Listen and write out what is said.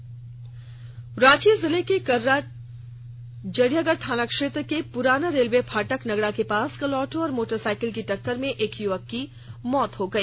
संक्षिप्त खबरें रांची जिले के कर्रा जरियागढ़ थाना क्षेत्र के पुराना रेलवे फाटक नगड़ा के पास कल ऑटो और मोटरसाइकिल की टक्कर में एक युवक की मौत हो गई